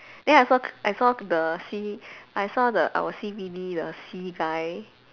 then I saw I saw the C I saw the our C_B_D the C guy